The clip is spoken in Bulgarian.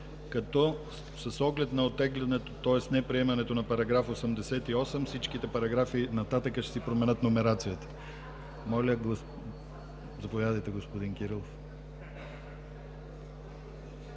като с оглед на оттеглянето, тоест неприемането на § 88 всичките параграфи нататък ще си променят номерацията. Заповядайте, господин Кирилов.